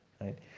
right